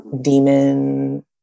demon